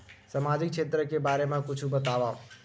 सामाजिक क्षेत्र के बारे मा कुछु बतावव?